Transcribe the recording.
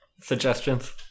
suggestions